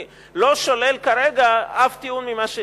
אני לא שולל כרגע אף טיעון ממה שהבאת,